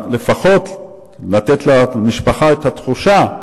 לפחות לתת למשפחה את התחושה,